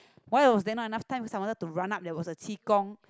why was there not enough time cause I wanted to run up there was a qi-gong